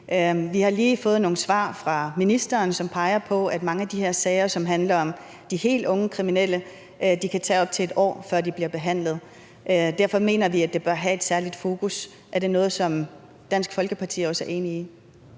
Vi har lige fået nogle svar fra ministeren, som peger på, at mange af de her sager, som handler om de helt unge kriminelle, kan have en behandlingstid på op til et år. Derfor mener vi, at det bør have et særligt fokus. Er det noget, som Dansk Folkeparti også er enig i?